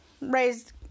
raised